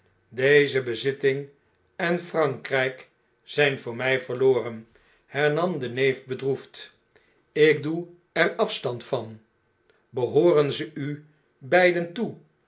deze bezitting enfrankrijk zyn voor my verloren hernam de neef bedroefd ik doe er afstand van behooren ze u beide toe